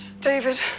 David